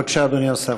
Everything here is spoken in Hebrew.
בבקשה, אדוני השר.